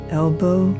elbow